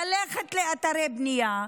ללכת לאתרי בנייה,